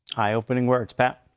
eye-opening words. pat?